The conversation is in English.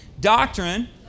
Doctrine